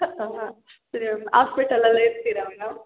ಹಾಂ ಹಾಂ ಸರಿ ಮಾಮ್ ಹಾಸ್ಪಿಟಲಲ್ಲೇ ಇರ್ತೀರ ಮೇಡಮ್